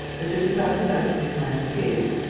but, just as i was about to make my escape,